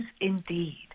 indeed